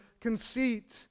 conceit